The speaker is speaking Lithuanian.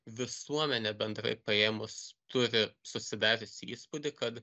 visuomenė bendrai paėmus turi susidariusi įspūdį kad